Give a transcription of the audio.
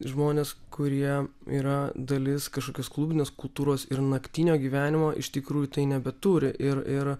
žmonės kurie yra dalis kažkokios klubinės kultūros ir naktinio gyvenimo iš tikrųjų tai nebeturi ir ir